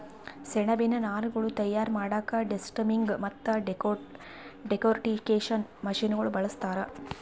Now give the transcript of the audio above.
ಸೆಣಬಿನ್ ನಾರ್ಗೊಳ್ ತಯಾರ್ ಮಾಡಕ್ಕಾ ಡೆಸ್ಟಮ್ಮಿಂಗ್ ಮತ್ತ್ ಡೆಕೊರ್ಟಿಕೇಷನ್ ಮಷಿನಗೋಳ್ ಬಳಸ್ತಾರ್